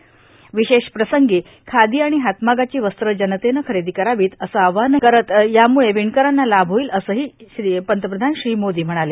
र्वशेष प्रसंगी खादो आर्ाण हातमागाची वस्त्रे जनतेने खरेदो करावीत असे आवाहन करत यामुळे विणकरांना लाभ होईल असे ते म्हणाले